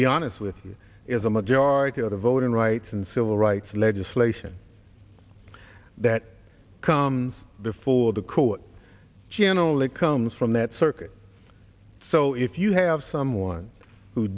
be honest with you is a majority of the voting rights and civil rights legislation that comes before the court generally comes from that circuit so if you have someone who